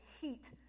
heat